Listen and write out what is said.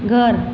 घर